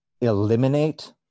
eliminate